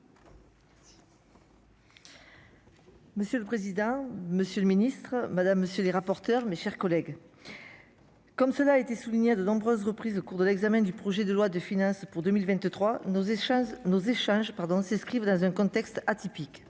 Monsieur le président, Monsieur le Ministre, madame, monsieur, les rapporteurs, mes chers collègues, comme cela a été souligné à de nombreuses reprises au cours de l'examen du projet de loi de finances pour 2023 nos échanges, nos échanges pardon s'inscrivent dans un contexte atypique,